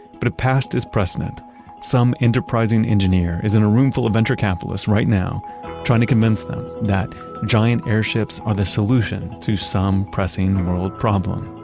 but it passed is precedent some enterprising engineer is in a room full of venture capitalists right now trying to convince them that giant airships are the solution to some pressing world problem.